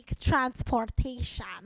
transportation